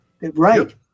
Right